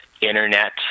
internet